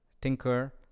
tinker